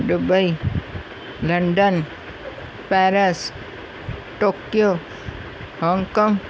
Dubai London Paris Tokyo Hong Kong